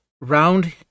round